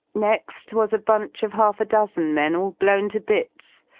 next was a bunch of half a dozen men all blozvn to bits,